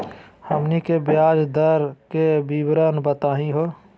हमनी के ब्याज दर के विवरण बताही हो?